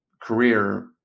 career